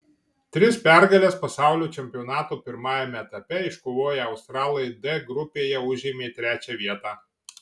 tris pergales pasaulio čempionato pirmajame etape iškovoję australai d grupėje užėmė trečią vietą